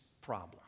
problem